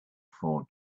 for